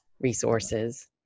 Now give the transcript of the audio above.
resources